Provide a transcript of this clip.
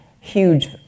huge